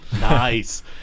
Nice